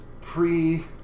pre-